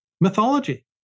mythology